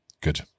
Good